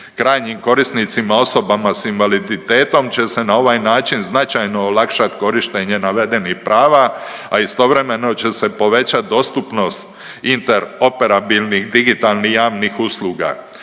Krajnjim korisnicima osobama s invaliditetom će se na ovaj način značajno olakšat korištenje navedenih prava, a istovremeno će se povećati dostupnost interoperabilnih digitalnih javnih usluga.